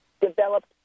developed